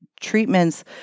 treatments